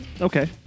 Okay